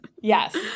Yes